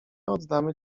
oddamy